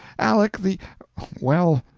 aleck the well,